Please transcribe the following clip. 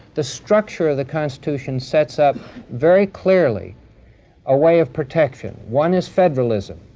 the structure of the constitution sets up very clearly a way of protection. one is federalism.